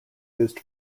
used